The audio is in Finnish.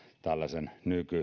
tällaisen